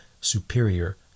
superior